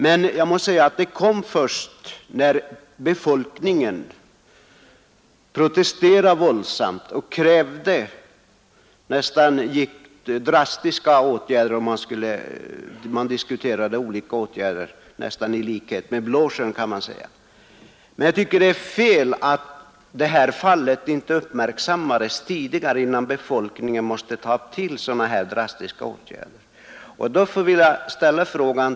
Men den hjälpen kom först sedan befolkningen hade protesterat våldsamt och framfört krav — man diskuterade mycket drastiska åtgärder, nästan liknande dem vid Stora Blåsjön. Jag tycker att det är felaktigt att detta fall inte uppmärksammades förrän befolkningen måste ta till sådana här drastiska åtgärder.